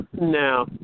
No